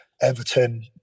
Everton